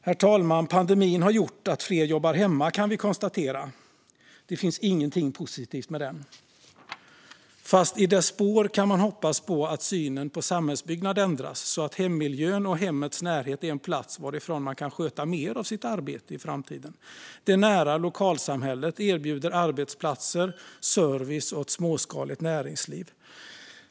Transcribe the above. Vi kan konstatera att pandemin har gjort att fler jobbar hemma. Det finns ingenting positivt med den. Men i dess spår kan man hoppas på att synen på samhällsbyggnad ändras, så att hemmiljön och hemmets närhet är en plats varifrån man kan sköta mer av sitt arbete i framtiden. Det nära lokalsamhället erbjuder arbetsplatser, service och ett småskaligt näringsliv.